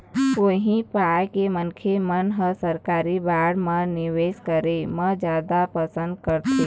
उही पाय के मनखे मन ह सरकारी बांड म निवेस करे म जादा पंसद करथे